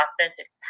authentic